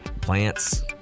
plants